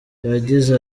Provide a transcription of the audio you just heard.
yagize